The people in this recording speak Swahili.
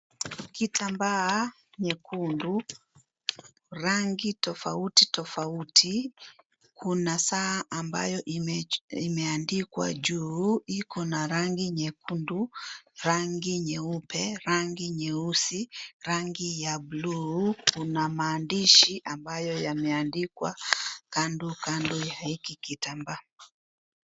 Kitambaa nyekundu, rangi tofauti tofauti, kuna saa ambayo imeandikwa juu, iko na rangi nyekundu, rangi nyeupe, rangi nyeusi, rangi ya bluu, kuna maandishi ambayo yameandikwa kando kando ya hiki kitamba.